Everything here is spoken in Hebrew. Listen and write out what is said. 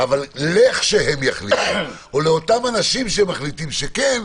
אבל לכשהם יחליטו, ולאותם אנשים שהם מחליטים שכן,